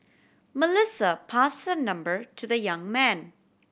Melissa passed her number to the young man